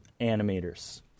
animators